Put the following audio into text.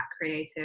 Creative